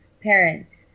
parents